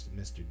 mr